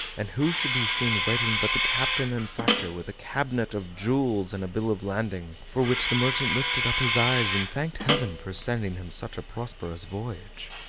and who should be seen waiting but the captain and factor, with a cabinet of jewels, and a bill of lading, for which the merchant lifted up his eyes and thanked heaven for sending him such a prosperous voyage.